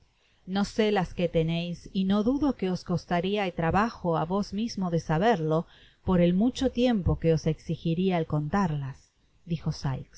no se las que teneis y no dudo que os costaria trabajo á vos mismo de saberlo por el mucho tiempo que os exijiria el contarlas dijo